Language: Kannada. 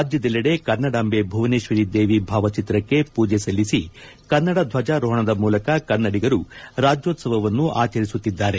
ರಾಜ್ಯದಲ್ಲೆಡೆ ಕನ್ನಡಾಂಬೆ ಭುವನೇಶ್ವರಿ ದೇವಿ ಭಾವಚಿತ್ರಕ್ಕೆ ಪೂಜೆ ಸಲ್ಲಿಸಿ ಕನ್ನಡ ದ್ವಜಾರೋಹಣದ ಮೂಲಕ ಕನ್ನಡಿಗರು ರಾಜ್ಯೋತ್ಸವವನ್ನು ಆಚರಿಸುತ್ತಿದ್ದಾರೆ